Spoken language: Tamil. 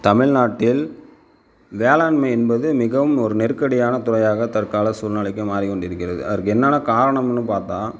தமிழ்நாட்டில் வேளாண்மை என்பது மிகவும் ஒரு நெருக்கடியான துறையாக தற்கால சூழ்நிலைக்கு மாறிக் கொண்டு இருக்கிறது அதற்கு என்னென்னா காரணமெனு பார்த்தா